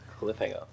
Cliffhanger